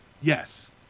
Yes